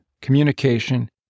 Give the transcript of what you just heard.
communication